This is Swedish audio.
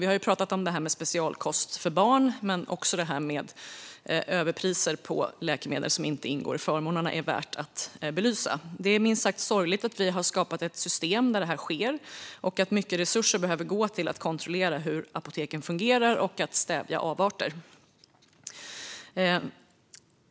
Vi har ju pratat om specialkost för barn, men också det här med överpriser på läkemedel som inte ingår i förmånen är värt att belysa. Det är minst sagt sorgligt att vi har skapat ett system där detta sker och att mycket resurser behöver gå till att kontrollera hur apoteken fungerar och till att stävja avarter.